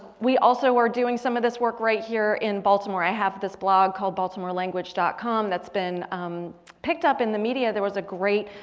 we also are doing some of this work right here in baltimore, i have this blog called baltimore language dot com that's been um picked up in the media. there was a great